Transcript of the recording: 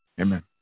amen